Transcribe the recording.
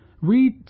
read